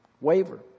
Waver